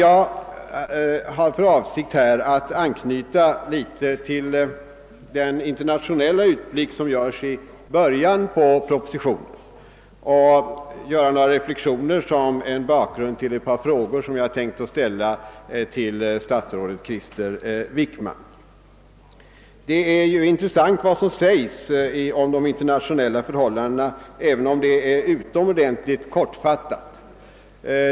Jag har för avsikt att här anknyta till den internationella utblick som görs i början av propositionen och göra några reflexioner som en bakgrund till ett par frågor som jag hade tänkt att ställa till statsrådet Krister Wickman. Vad som sägs i propositionen om internationella förhållanden är ju intressant även om det är utomordentligt kortfattat.